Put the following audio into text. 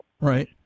Right